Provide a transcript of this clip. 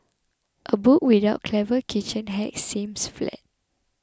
a book without clever kitchen hacks seems flat